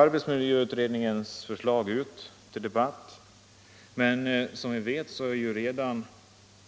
Arbetsmiljöutredningens förslag skall ju ut till debatt, men som vi vet är